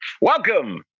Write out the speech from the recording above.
Welcome